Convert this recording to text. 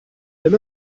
wenn